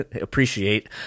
appreciate